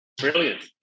Brilliant